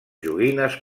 joguines